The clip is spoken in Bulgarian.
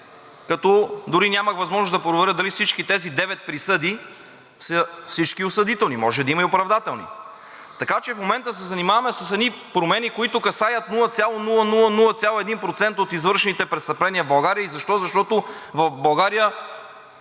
като дори нямах възможност да проверя дали всички тези девет присъди всички са осъдителни, може да има и оправдателни. Така че в момента се занимаваме с едни промени, които касаят 0,0001% от извършените престъпления в България, и защо? Защото България